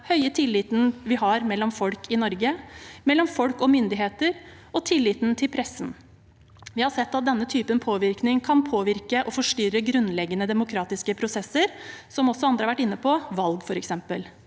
høye tilliten vi har mellom folk i Norge, mellom folk og myndigheter, og tilliten til pressen. Vi har sett at denne typen påvirkning kan påvirke og forstyrre grunnleggende demokratiske prosesser, som også andre har vært inne på, f.eks.